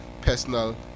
personal